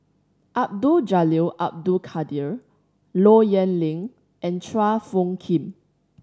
Abdul Jalil Abdul Kadir Low Yen Ling and Chua Phung Kim